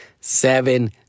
seven